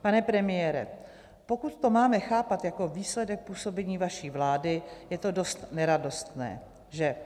Pane premiére, pokud to máme chápat jako výsledek působení vaší vlády, je to dost neradostné, že?